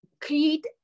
create